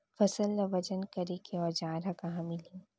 फसल ला वजन करे के औज़ार हा कहाँ मिलही?